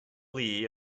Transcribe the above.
lee